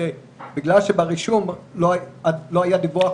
שבגלל שברישום לא היה דיווח על העובד,